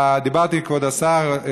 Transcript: דיברתי עם כבוד השר,